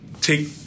take